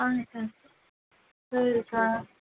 ஆ சரி சரிக்கா